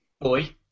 boy